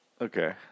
Okay